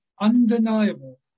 undeniable